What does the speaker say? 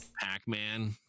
Pac-Man